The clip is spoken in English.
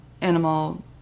animal